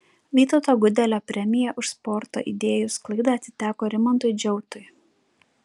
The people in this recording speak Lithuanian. vytauto gudelio premija už sporto idėjų sklaidą atiteko rimantui džiautui